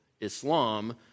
Islam